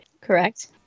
Correct